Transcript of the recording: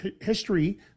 history